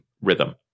rhythm